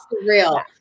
real